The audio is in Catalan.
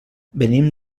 venim